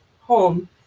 home